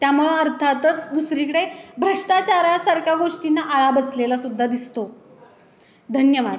त्यामुळं अर्थातच दुसरीकडे भ्रष्टाचारासारख्या गोष्टींना आळा बसलेला सुद्धा दिसतो धन्यवाद